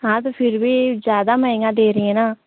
हाँ तो फिर भी ज़्यादा महंगा दे रही है न